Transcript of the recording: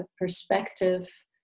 perspective